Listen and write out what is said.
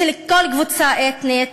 של כל קבוצה אתנית